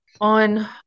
on